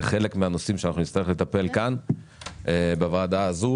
זה חלק מהנושאים שאנחנו נצטרך לטפל בהם כאן בוועדה הזאת,